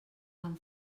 fan